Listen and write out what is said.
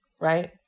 right